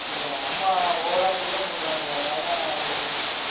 சரிங்க சார் அவங்க அம்மா ஓவராக செல்லம் கொடுக்குறாங்க சார் அதனால் அவன் இது பண்ணிட்டுருக்கான் சார்